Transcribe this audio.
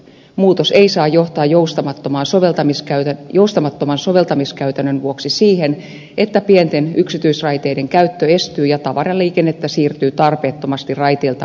muutos ei saa johtaa joustamattoman soveltamiskäytännön vuoksi siihen että pienten yksityisraiteiden käyttö estyy ja tavaraliikennettä siirtyy tarpeettomasti raiteilta maanteille